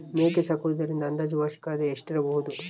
ಮೇಕೆ ಸಾಕುವುದರಿಂದ ಅಂದಾಜು ವಾರ್ಷಿಕ ಆದಾಯ ಎಷ್ಟಿರಬಹುದು?